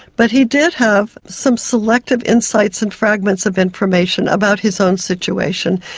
but he did have some selective insights and fragments of information about his own situation.